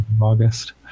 August